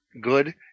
good